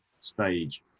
stage